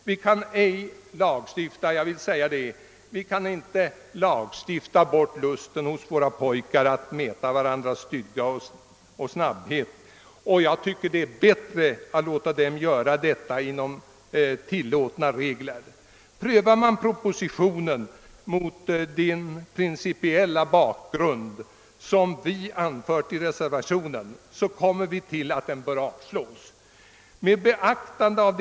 Vi kan inte lagstifta bort lusten hos våra pojkar att mäta varandras styrka och snabbhet. Då är det bättre att låta dem göra det inom ramen för vad som är tillåtet. Med den principiella inställning som vi har redovisat i reservationen har vi kommit fram till att propositionen bör avslås.